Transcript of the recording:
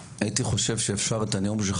אני רק חייב לומר לך הרב שלמה ברין הייתי חושב